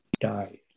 died